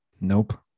Nope